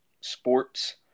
sports